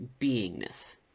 beingness